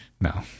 No